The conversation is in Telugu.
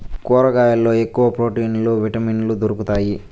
కూరగాయల్లో ఎక్కువ ప్రోటీన్లు విటమిన్లు దొరుకుతాయి